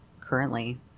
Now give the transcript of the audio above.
currently